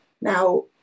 Now